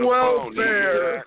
Welfare